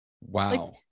Wow